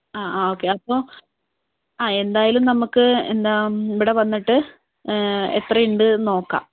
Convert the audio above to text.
ആ ആ ഓക്കെ അപ്പോൾ ആ എന്തായാലും നമ്മൾക്ക് എന്താ ഇവിടെ വന്നിട്ട് എത്രയുണ്ട് എന്ന് നോക്കാം